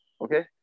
okay